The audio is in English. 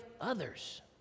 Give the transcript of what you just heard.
others